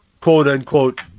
quote-unquote